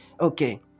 Okay